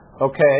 okay